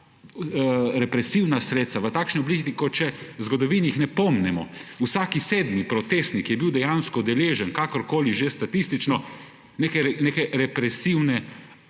represivna sredstva v takšni obliki kot še v zgodovini jih ne pomnimo, vsak sedmi protestnik je bil dejansko deležen, kakorkoli že statistično, neke represivne